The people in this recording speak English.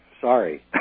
sorry